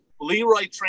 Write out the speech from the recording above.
Leroy